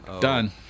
Done